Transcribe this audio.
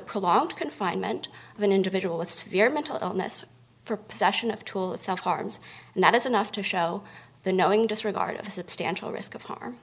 prolonged confinement of an individual with severe mental illness for possession of tool itself harms and that is enough to show the knowing disregard of a substantial risk of harm